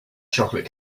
chocolate